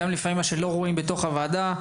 גם לפעמים מה שלא רואים בתוך הוועדה.